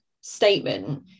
statement